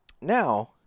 now